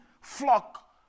flock